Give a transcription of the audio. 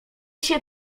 się